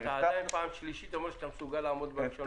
ואתה עדיין פעם שלישית אומר שאתה מסוגל לעמוד בראשון באוקטובר.